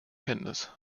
kenntnis